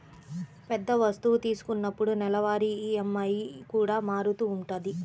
పెద్ద వస్తువు తీసుకున్నప్పుడు నెలవారీ ఈఎంఐ కూడా మారుతూ ఉంటది